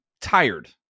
tired